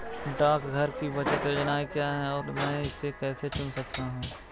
डाकघर की बचत योजनाएँ क्या हैं और मैं इसे कैसे चुन सकता हूँ?